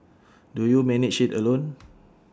do you manage IT alone